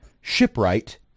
shipwright